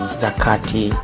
zakati